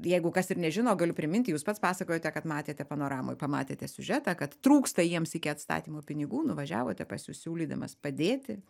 jeigu kas ir nežino galiu priminti jūs pats pasakojote kad matėte panoramoj pamatėte siužetą kad trūksta jiems iki atstatymo pinigų nuvažiavote pasisiūlydamas padėti